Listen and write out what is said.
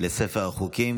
להלן תוצאות ההצבעה: שישה בעד,